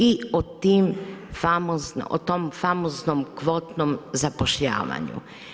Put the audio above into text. I o tom famoznom kvotnom zapošljavanju.